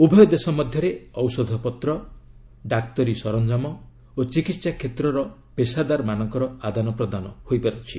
ଉଭୟ ଦେଶ ମଧ୍ୟରେ ଔଷଧପତ୍ର ଡାକ୍ତରୀ ସରଞ୍ଜାମ ଓ ଚିକିତ୍ସା କ୍ଷେତ୍ରର ପେସାଦାରମାନଙ୍କର ଆଦାନ ପ୍ରଦାନ ହୋଇପାରୁଛି